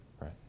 right